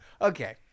okay